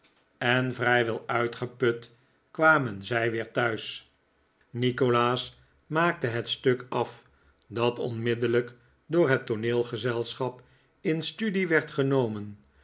en vrijwel uitgeput kwamen zij weer thuis nikolaas maakte het stuk af dat onmiddellijk door het tooneelgezelschap in studie werd genomen